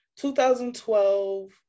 2012